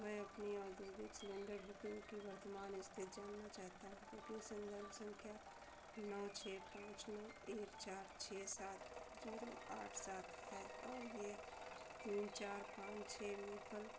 में अपनी औद्योगिक सिलेण्डर बुकिन्ग की वर्तमान इस्थिति जानना चाहता हूँ उसके सन्दर्भ सँख्या नौ छह पाँच नौ एक चार छह सात ज़ीरो आठ सात है और यह तीन चार पाँच छह maple drive Kolkata Paschim Bangal pincode सात शून्य शून्य शून्य शून्य एक पर डिलिवरी के लिए निर्धारित है